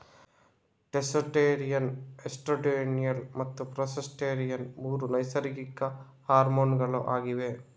testosterone, estradiol ಮತ್ತೆ progesterone ಮೂರು ನೈಸರ್ಗಿಕ ಹಾರ್ಮೋನುಗಳು ಆಗಿವೆ